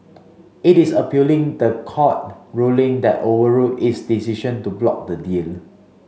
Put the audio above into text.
it is appealing the court ruling that overruled its decision to block the deal